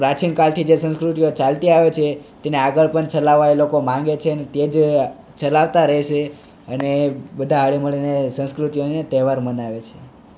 પ્રાચીન કાળથી જે સંસ્કૃતિઓ ચાલતી આવે છે તેને આગળ પણ ચલાવવા એ લોકો માંગે છે અને તે જે ચલાવતા રહેશે અને બધા હળીમળીને સંસ્કૃતિ અને તહેવાર મનાવે છે